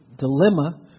dilemma